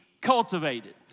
Cultivated